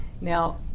now